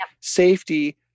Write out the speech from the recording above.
safety